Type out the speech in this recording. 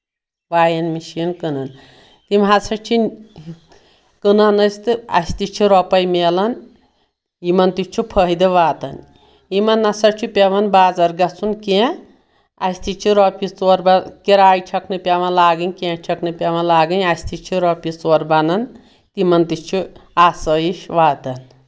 وایَن مِشیٖن کٕنان تِم ہسا چھِ کٕنان أسۍ تہٕ اَسہِ تہِ چھِ رۄپے میلان یِمن تہِ چھُ فٲہِدٕ واتان یِمن نسا چھُ پؠوان بازر گژھُن کینٛہہ اَسہِ تہِ چھِ رۄپیہِ ژور کِراے چھکھ نہٕ پؠوان لاگٕنۍ کینٛہہ چھکھ نہٕ پؠوان لاگٕنۍ اسہِ تہِ چھِ رۄپییہِ ژور بنان تِمن تہِ چھُ آسٲیِش واتان